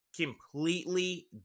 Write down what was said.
completely